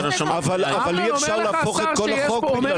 אבל אי אפשר להפוך את כל החוק --- לא,